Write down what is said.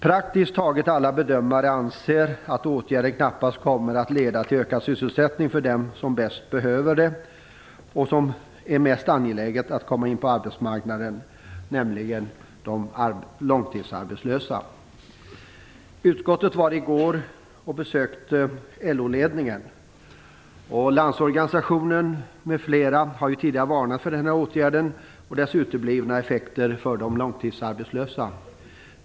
Praktiskt taget alla bedömare anser att åtgärden knappast kommer att leda till ökad sysselsättning för dem som bäst behöver det och för vilka det är mest angeläget att komma in på arbetsmarknaden, nämligen de långtidsarbetslösa. Utskottet var i går och besökte LO-ledningen. Landsorganisationen m.fl. har ju tidigare varnat för den här åtgärden och dess uteblivna effekter för de långtidsarbetslösa.